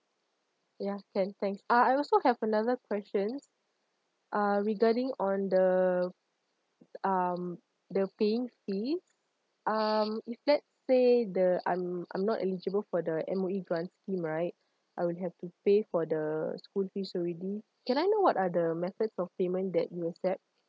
ya can thanks uh I also have another question uh regarding on the um the paying fee um if let's say the I'm I'm not eligible for the M O_E grant scheme right I would have to pay for the school fees already can I know what are the methods of payment that you accept